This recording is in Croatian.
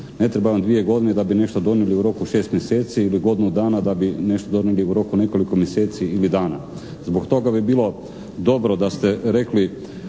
Ne treba vam dvije godine da bi nešto donijeli u roku 6 mjeseci ili godinu dana da bi nešto donijeli u roku od nekoliko mjeseci ili dana. Zbog toga bi bilo dobro da ste rekli